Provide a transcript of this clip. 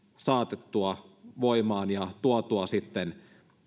saatettua voimaan ja tuotua sitten